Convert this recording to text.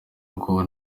bwo